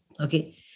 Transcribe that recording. Okay